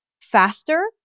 faster